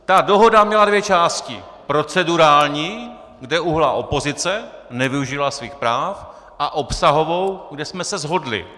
Ta dohoda měla dvě části procedurální, kde uhnula opozice, nevyužila svých práv, a obsahovou, kde jsme se shodli.